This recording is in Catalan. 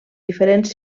diferents